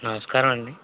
నమస్కారమండి